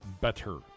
better